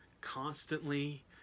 constantly